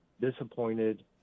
disappointed